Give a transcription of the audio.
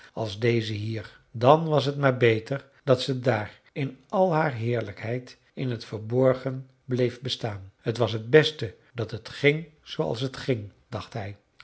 als deze hier dan was t maar beter dat ze daar in al haar heerlijkheid in het verborgen bleef bestaan t was t beste dat t ging zooals het ging dacht hij